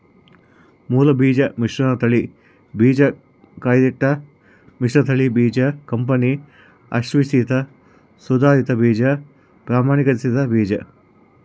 ಮೂಲಬೀಜ ಮಿಶ್ರತಳಿ ಬೀಜ ಕಾಯ್ದಿಟ್ಟ ಮಿಶ್ರತಳಿ ಬೀಜ ಕಂಪನಿ ಅಶ್ವಾಸಿತ ಸುಧಾರಿತ ಬೀಜ ಪ್ರಮಾಣೀಕರಿಸಿದ ಬೀಜ